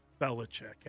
Belichick